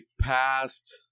passed